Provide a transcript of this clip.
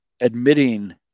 admitting